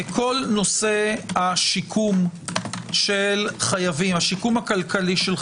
כל נושא השיקום של חייבים,